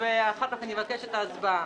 ואחר כך אני אבקש את ההצבעה.